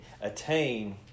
attain